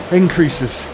increases